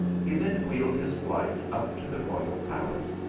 he then wheeled his flight up to the loyal palace,